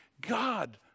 God